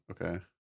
Okay